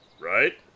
Right